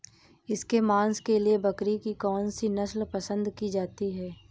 इसके मांस के लिए बकरी की कौन सी नस्ल पसंद की जाती है?